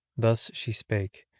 thus she spake,